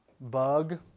bug